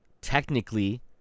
technically